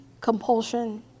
compulsion